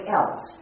else